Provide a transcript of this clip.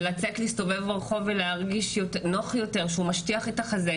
ולצאת להסתובב ברחוב ולהרגיש נוח יותר כשהוא משטיח את החזה,